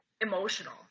emotional